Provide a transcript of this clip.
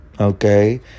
Okay